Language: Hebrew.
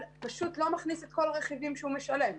פשוט לא מכניס את כל הרכיבים שהוא משלם.